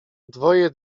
dwoje